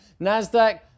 Nasdaq